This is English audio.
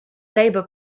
labor